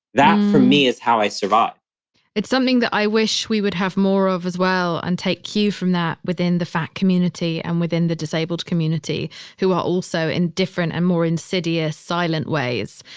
that for me is how i survived it's something that i wish we would have more of as well. and take cue from that within the fat community and within the disabled community who are also in different and more insidious, silent ways,